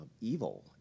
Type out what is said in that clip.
evil